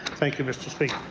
thank you, mr. speaker.